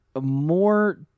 more